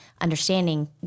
understanding